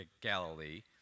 Galilee